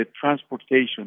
transportation